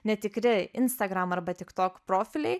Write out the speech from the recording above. netikri instagram arba tiktok profiliai